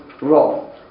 role